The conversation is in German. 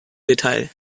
detail